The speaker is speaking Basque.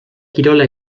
kirola